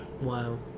Wow